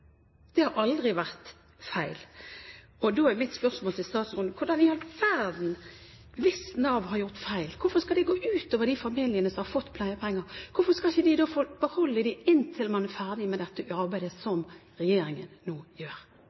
Det har aldri vært feil. Da er mitt spørsmål til statsråden: Hvis Nav har gjort en feil, hvorfor i all verden skal det gå ut over de familiene som har fått pleiepenger? Hvorfor skal ikke de få beholde dem inntil man er ferdig med dette arbeidet som regjeringen nå gjør?